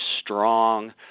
strong